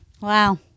Wow